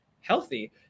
healthy